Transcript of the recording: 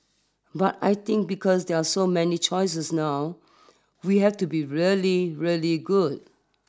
but I think because there are so many choices now we have to be really really good